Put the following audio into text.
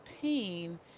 pain